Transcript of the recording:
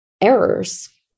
errors